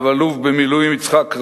רב-אלוף במילואים יצחק רבין,